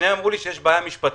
ושניהם אומרים לי שיש בעיה משפטית.